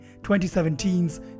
2017's